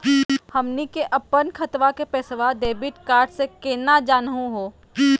हमनी के अपन खतवा के पैसवा डेबिट कार्ड से केना जानहु हो?